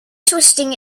twisting